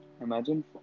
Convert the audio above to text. imagine